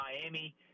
miami